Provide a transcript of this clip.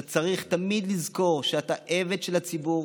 אתה צריך תמיד לזכור שאתה עבד של הציבור,